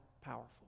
powerful